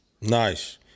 Nice